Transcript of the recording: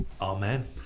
Amen